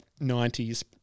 90s